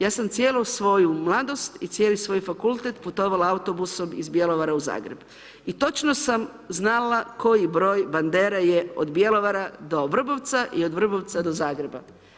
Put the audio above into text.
Ja sam cijelu svoju mladost i cijeli svoj fakultet putovala autobusom iz Bjelovara u Zagreb i točno sam znala koji broj bandera je od Bjelovara do Vrbovca i od Vrbovca do Zagreba.